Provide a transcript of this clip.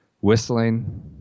Whistling